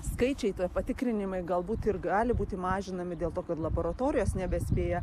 skaičiai patikrinimai galbūt ir gali būti mažinami dėl to kad laboratorijos nebespėja